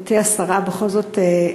גברתי השרה, בכל זאת,